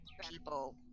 people